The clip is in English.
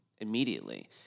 immediately